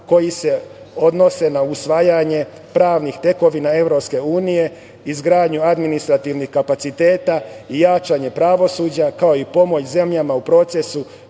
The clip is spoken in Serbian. koji se odnose na usvajanje pravnih tekovina EU, izgradnju administrativnih kapaciteta, jačanje pravosuđa, kao i pomoć zemljama u procesu